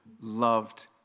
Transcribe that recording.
loved